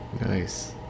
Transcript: Nice